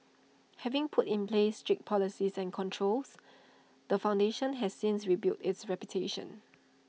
having put in place strict policies and controls the foundation has since rebuilt its reputation